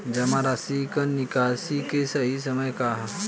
जमा राशि क निकासी के सही समय का ह?